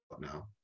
now